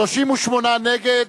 38 נגד,